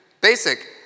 basic